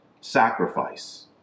sacrifice